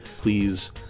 Please